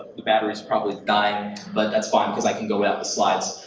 the battery's probably dying but that's fine, because i can go without the slides.